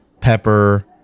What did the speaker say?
pepper